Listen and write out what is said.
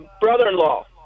brother-in-law